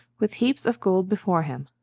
with heaps of gold before him.